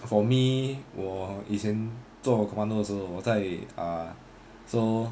for me 我以前做 commando 的时候我在 ah so